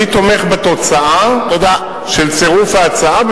אני תומך בתוצאה של צירוף ההצעה,